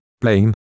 blame